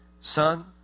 son